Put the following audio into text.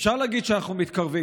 אפשר להגיד שאנחנו מתקרבים,